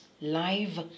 Live